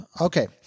Okay